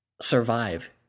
survive